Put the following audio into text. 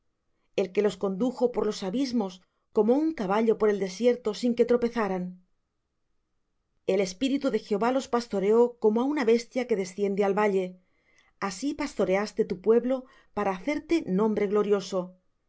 el que los condujo por los abismos como un caballo por el desierto sin que tropezaran el espíritu de jehová los pastoreó como á una bestia que desciende al valle así pastoreaste tu pueblo para hacerte nombre glorioso